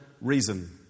reason